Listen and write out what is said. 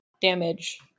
damage